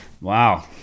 Wow